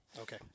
okay